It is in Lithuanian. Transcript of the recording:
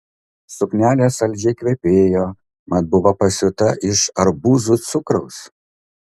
suknelė saldžiai kvepėjo mat buvo pasiūta iš arbūzų cukraus